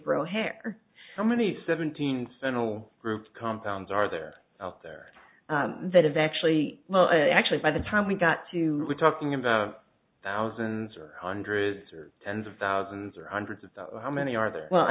grow hair how many seventeen central group compounds are there out there that have actually well actually by the time we got to we're talking about thousands or hundreds are tens of thousands or hundreds of how many are there well i